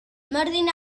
myrddin